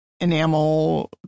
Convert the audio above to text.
enamel